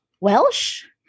Welsh